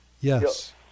Yes